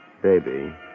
Baby